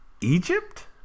Egypt